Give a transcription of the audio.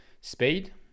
speed